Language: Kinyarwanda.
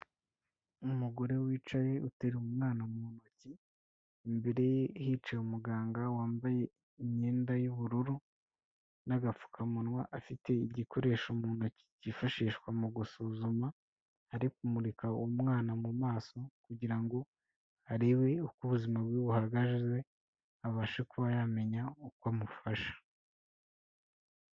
Umugore wicaye uteruye umwana mu ntoki, imbere ye hicaye umuganga wambaye imyenda y'ubururu n'agapfukamunwa afite igikoresho umuntu ntoki cyifashishwa mu gusuzuma, ari kumurika uwo umwana mu maso kugira ngo arebe uko ubuzima bwe buhagaze we abashe kuba yamenya uko amufasha.